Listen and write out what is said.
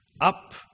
up